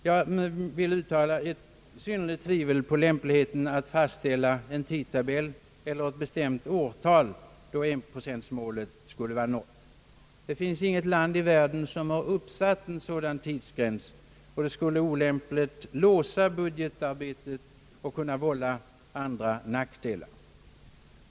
Jag vill ge uttryck för mitt starka tvivel på lämpligheten att fastställa en bestämd tidtabell eller ett bestämt årtal då enprocentsmålet skall vara uppnått. Det finns inget land i världen som har uppsatt sådan tidsgräns, och det skulle vara olämpligt att låsa budgetarbetet, vilket kan vålla andra nackdelar.